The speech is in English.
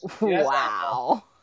Wow